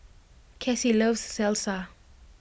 Kassie loves Salsa